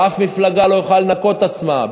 ואף מפלגה לא יכולה לנקות את עצמה,